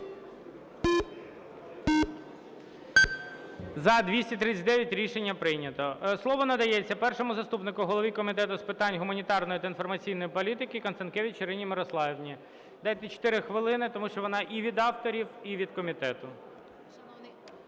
За-239 Рішення прийнято. Слово надається першому заступнику Голови Комітету з питань гуманітарної та інформаційної політики Констанкевич Ірині Мирославівні. Дайте 4 хвилини, тому що вона і від авторів, і від комітету.